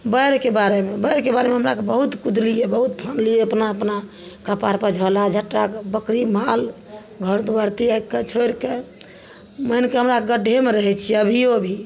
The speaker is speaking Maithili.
बाढ़िके बारेमे बाढ़िके बारेमे हमरा अरके बहुत कूदलियै बहुत फानलियै अपना अपना कपाड़पर झोला झपटा बकरी माल घर द्वार त्यागिके छोड़िके मानिके हमरा अरके गड्ढेमे रहय छियै अभियो भी